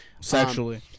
Sexually